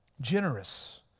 generous